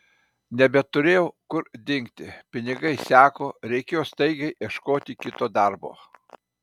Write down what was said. nebeturėjau kur dingti pinigai seko reikėjo staigiai ieškoti kito darbo